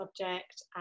subject